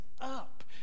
up